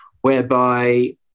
whereby